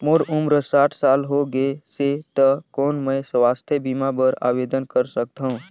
मोर उम्र साठ साल हो गे से त कौन मैं स्वास्थ बीमा बर आवेदन कर सकथव?